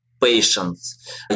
patience